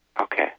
Okay